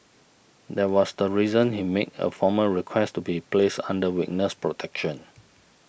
that was the reason he made a formal request to be placed under witness protection